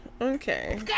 Okay